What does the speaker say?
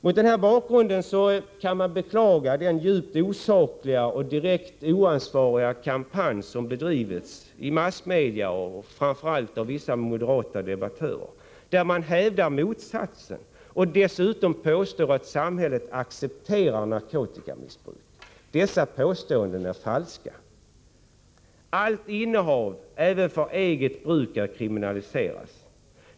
Mot den bakgrunden är det en djupt osaklig och direkt oansvarig kampanj som bedrivits i massmedia av framför allt moderata debattörer, där man hävdar motsatsen och dessutom påstår att samhället accepterar narkotikamissbruk. Dessa påståenden är falska. Allt innehav — även för eget bruk — är kriminaliserat.